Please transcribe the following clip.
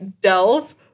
Delve